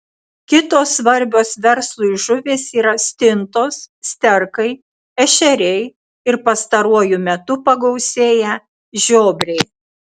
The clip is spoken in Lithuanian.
kitos svarbios verslui žuvys yra stintos sterkai ešeriai ir pastaruoju metu pagausėję žiobriai